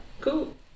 cool